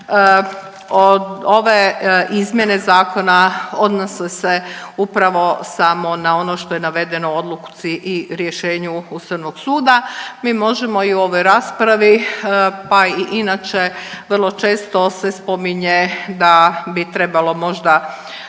ove izmjene zakona odnose se upravo samo na ono što je navedeno u odluci i rješenju Ustavnog suda. Mi možemo i u ovoj raspravi pa i inače vrlo često se spominje da bi trebalo možda